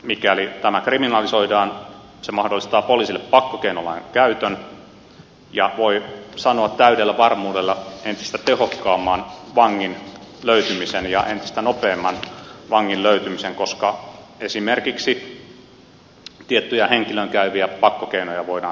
mikäli tämä kriminalisoidaan se mahdollistaa poliisille pakkokeinolain käytön ja voi sanoa täydellä varmuudella entistä tehokkaamman vangin löytymisen ja entistä nopeamman vangin löytymisen koska esimerkiksi tiettyjä henkilöön käyviä pakkokeinoja voidaan silloin käyttää